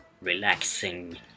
relaxing